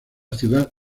ciudad